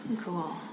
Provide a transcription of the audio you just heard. Cool